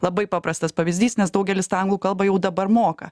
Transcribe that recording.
labai paprastas pavyzdys nes daugelis tą anglų kalbą jau dabar moka